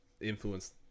influenced